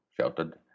shouted